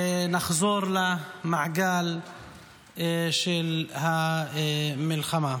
ונחזור למעגל של המלחמה.